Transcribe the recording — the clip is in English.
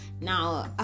Now